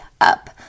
Up